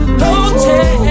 hotel